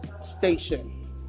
station